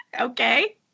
Okay